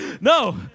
No